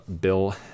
Bill